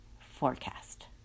forecast